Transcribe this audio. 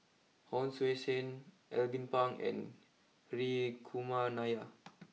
Hon Sui Sen Alvin Pang and Hri Kumar Nair